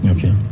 Okay